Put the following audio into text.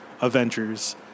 Avengers